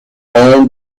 own